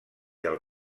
del